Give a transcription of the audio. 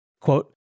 Quote